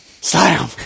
slam